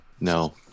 No